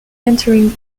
entering